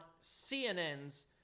CNN's